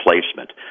placement